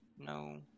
No